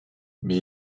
mais